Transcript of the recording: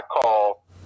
call